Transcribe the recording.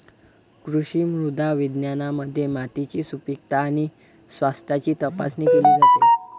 कृषी मृदा विज्ञानामध्ये मातीची सुपीकता आणि स्वास्थ्याची तपासणी केली जाते